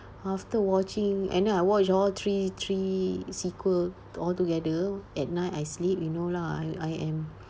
after watching and then I watched all three three sequel all together at night I sleep you know lah I I am